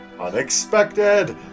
Unexpected